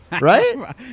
Right